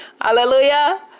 hallelujah